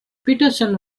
peterson